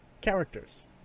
characters